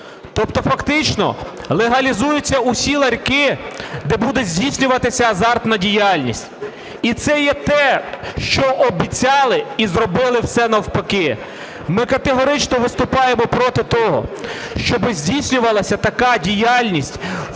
Тобто фактично легалізуються усі ларьки, де буде здійснюватися азартна діяльність. І це є те, що обіцяли і зробили все навпаки. Ми категорично виступаємо проти того, щоб здійснювалася така діяльність